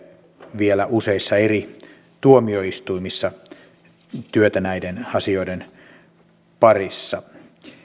vielä useissa eri tuomioistuimissa työtä näiden asioiden parissa